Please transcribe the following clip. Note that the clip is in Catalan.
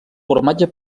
formatge